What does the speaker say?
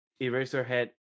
Eraserhead